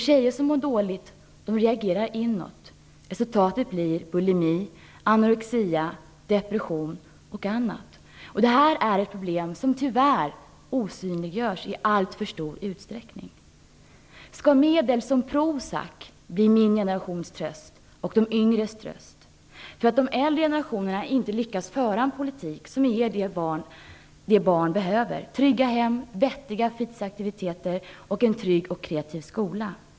Tjejer som mår dåligt reagerar inåt, och resultatet blir bulimi, anorexia, depression och annat. Detta är problem som tyvärr i alltför stor utsträckning osynliggörs. Skall medel som Prozac bli min generations, de yngres, tröst för att de äldre generationerna inte lyckas föra en politik som ger barn det som de behöver: trygga hem, vettiga fritidsaktiviteter samt en trygg och kreativ skola?